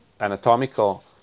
anatomical